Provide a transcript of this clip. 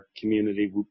community